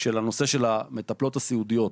בנושא המטפלות הסיעודיות,